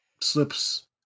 slips